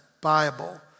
Bible